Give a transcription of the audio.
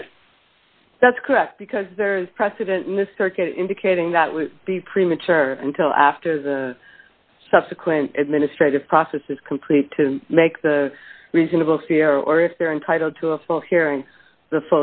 or that's correct because there is precedent in the circuit indicating that would be premature until after the subsequent administrative process is complete to make the reasonable fair or if they're entitled to a full hearing the